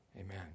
amen